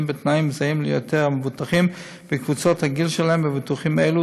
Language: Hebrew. בתנאים זהים ליתר המבוטחים בקבוצת הגיל שלהם בביטוחים אלו,